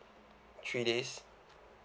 three days